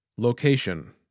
Location